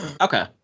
okay